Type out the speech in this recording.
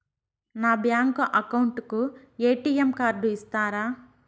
నా bank account కు ATM card ఇస్తారా